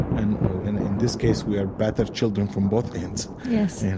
and and in this case, we are battered children from both ends, yeah so yeah